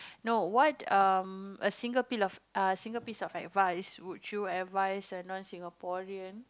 no what um a single piece of uh single piece of advice would you advice a non Singaporean